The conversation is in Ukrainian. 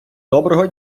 доброго